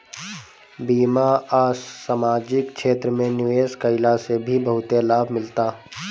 बीमा आ समाजिक क्षेत्र में निवेश कईला से भी बहुते लाभ मिलता